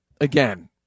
again